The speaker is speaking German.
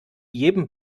jedem